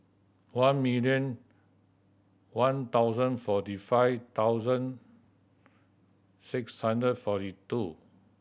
one million one thousand forty five thousand six hundred forty two